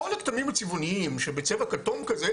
כל הכתמים הצבעוניים שבצבע כתום כזה,